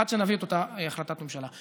עד שנביא את אותה החלטת ממשלה.